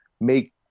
make